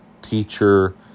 Teacher